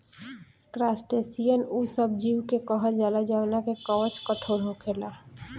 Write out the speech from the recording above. crustacean उ सब जीव के कहल जाला जवना के कवच कठोर होखेला